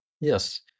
Yes